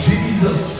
Jesus